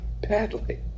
badly